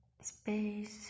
space